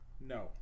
no